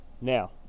Now